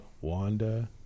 Wanda